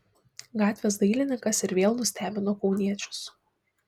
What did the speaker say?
gatvės dailininkas ir vėl nustebino kauniečius